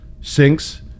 sinks